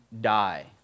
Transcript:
die